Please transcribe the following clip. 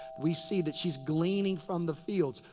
we see that she's gleaning from the fields.